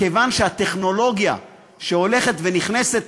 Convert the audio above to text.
כיוון שהטכנולוגיה שהולכת ונכנסת,